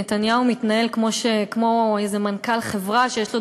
נתניהו מתנהל כמו איזה מנכ"ל חברה שיש לו